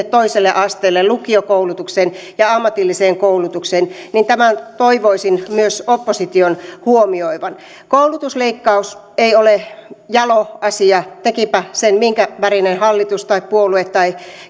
toiselle asteelle lukiokoulutukseen ja ammatilliseen koulutukseen niin tämän toivoisin myös opposition huomioivan koulutusleikkaus ei ole jalo asia tekipä sen minkä värinen hallitus tai puolue tai